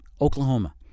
Oklahoma